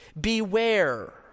Beware